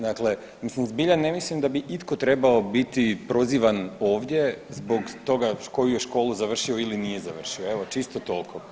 Dakle, zbilja ne mislim da bi itko trebao biti prozivan ovdje zbog toga koju je školu završio ili nije završio, evo čisto toliko.